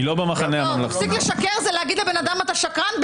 תפסיק לשקר זה להגיד לבן אדם אתה שקרן,